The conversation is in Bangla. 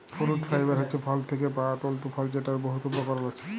ফুরুট ফাইবার হছে ফল থ্যাকে পাউয়া তল্তু ফল যেটর বহুত উপকরল আছে